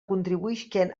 contribuïsquen